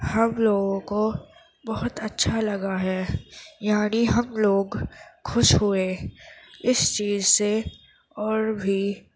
ہم لوگوں کو بہت اچھا لگا ہے یعنی ہم لوگ خوش ہوئے اس چیز سے اور بھی